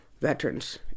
veterans